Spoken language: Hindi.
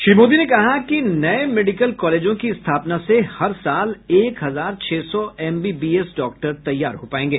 श्री मोदी ने कहा कि नए मेडिकल कॉलेजों की स्थापना से हर साल एक हजार छह सौ एमबीबीएस डॉक्टर तैयार हो पाएंगे